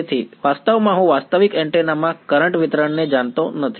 તેથી વાસ્તવમાં હું વાસ્તવિક એન્ટેના માં કરંટ વિતરણને જાણતો નથી